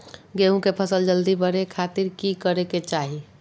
गेहूं के फसल जल्दी बड़े खातिर की करे के चाही?